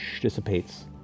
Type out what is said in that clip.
dissipates